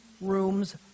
rooms